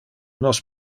nos